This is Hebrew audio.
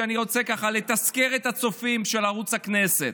ואני רוצה לתזכר את הצופים על ערוץ הכנסת: